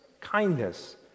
kindness